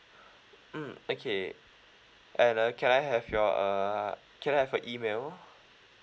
mm okay and uh can I have your err can I have your email